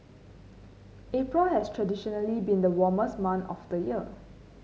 April has traditionally been the warmest month of the year